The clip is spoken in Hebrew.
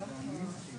את